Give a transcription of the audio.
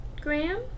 Graham